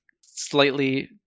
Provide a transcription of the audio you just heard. slightly